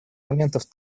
моментов